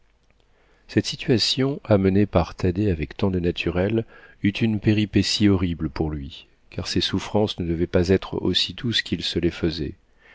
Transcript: cette situation amenée par thaddée avec tant de naturel eut une péripétie horrible pour lui car ses souffrances ne devaient pas être aussi douces qu'il se les faisait